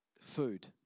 food